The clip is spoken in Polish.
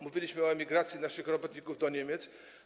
Mówiliśmy o emigracji naszych robotników do Niemiec.